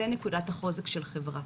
זו נקודת החוזק של חברה.